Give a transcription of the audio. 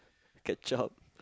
ketchup